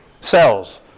Cells